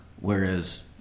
whereas